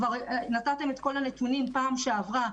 כבר נתתם את כל הנתונים פעם שעברה.